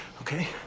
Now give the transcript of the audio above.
okay